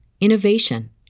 innovation